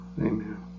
amen